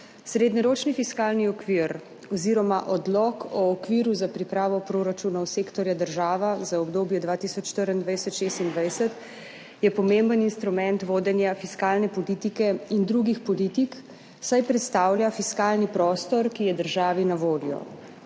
Srednjeročni fiskalni okvir oziroma Odlok o okviru za pripravo proračunov sektorja država za obdobje 2024-2026 je pomemben instrument vodenja fiskalne politike in drugih politik, saj predstavlja fiskalni prostor, ki je državi na voljo.